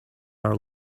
are